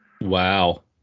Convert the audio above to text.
Wow